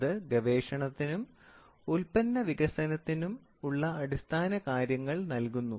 അത് ഗവേഷണത്തിനും ഉൽപ്പന്ന വികസനത്തിനും ഉള്ള അടിസ്ഥാനകാര്യങ്ങൾ നൽകുന്നു